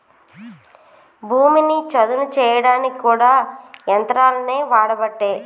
భూమిని చదును చేయడానికి కూడా యంత్రాలనే వాడబట్టే